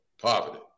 poverty